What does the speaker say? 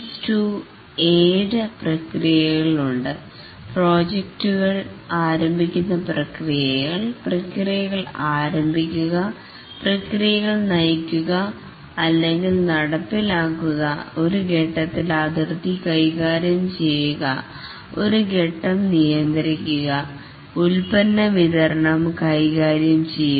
PRINCE2 ഏഴ് പ്രക്രിയയകൾ ഉണ്ട് പ്രോജക്ടുകൾ ആരംഭിക്കുന്ന പ്രക്രിയകൾ പ്രക്രിയകൾ ആരംഭിക്കുക പ്രക്രിയകൾ നയിക്കുക അല്ലെങ്കിൽ നടപ്പിലാക്കുക ഒരു ഘട്ടത്തിൽ അതിർത്തി കൈകാര്യം ചെയ്യുക ഒരു ഘട്ടം നിയന്ത്രിക്കുക ഉൽപന്ന വിതരണം കൈകാര്യം ചെയ്യുക